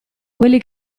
quelli